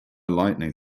lightning